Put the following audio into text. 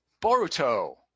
Boruto